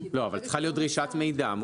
צריכה להיות דרישת מידע.